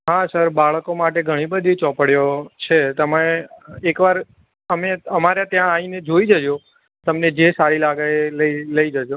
હા બાળકો માટે ઘણી બધી ચોપડીઓ છે તમે એક વાર અમે અમારે ત્યાં આવીને જોઈ જજો તમને જે સારી લાગે એ લઈ જજો